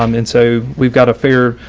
um and so we've got a fair,